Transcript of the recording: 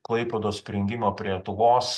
klaipėdos prijungimą prie lietuvos